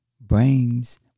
Brains